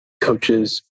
Coaches